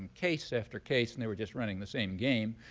case after case. and they were just running the same game.